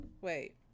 wait